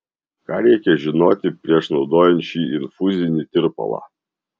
ką reikia žinoti prieš naudojant šį infuzinį tirpalą